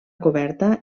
coberta